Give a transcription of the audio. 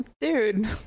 Dude